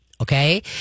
Okay